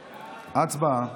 הצבעה.